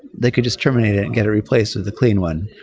they could just terminate it and get it replaced with a clean one.